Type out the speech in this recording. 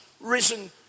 risen